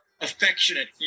affectionate